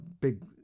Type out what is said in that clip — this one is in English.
big